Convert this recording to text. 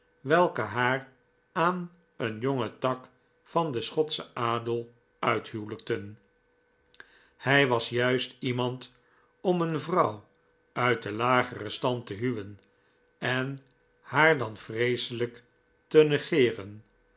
welke haar aan een jongen tak van den schotschen adel uithuwelijkten hij was juist iemand om een vrouvv uit den lageren stand te huwen en haar dan vreeseljjk te negeren